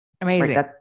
Amazing